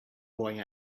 boy